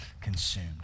consumed